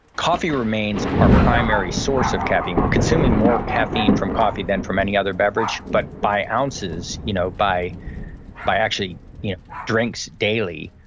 coffee remains our primary source of caffeine. we're consuming more caffeine from coffee than from any other beverage, but by ounces, you know by by actually yeah drinks daily,